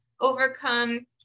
overcome